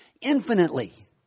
infinitely